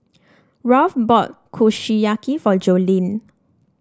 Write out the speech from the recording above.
Ralph bought Kushiyaki for Jolene